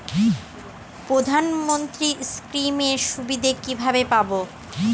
প্রধানমন্ত্রী স্কীম এর সুবিধা কিভাবে পাবো?